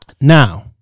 Now